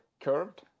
curved